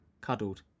Cuddled